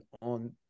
on